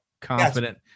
Confident